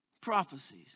Prophecies